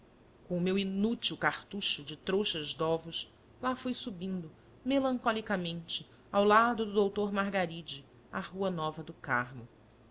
com o meu inútil cartucho de trouxas de ovos lá fui subindo melancolicamente ao lado do doutor margaride a rua